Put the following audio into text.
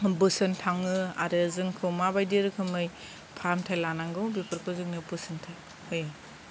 बोसोन थाङो आरो जोंखौ माबायदि रोखोमै फाहामथाइ लानांगौ बेफोरखौ जोंनो बोसोनथाय होयो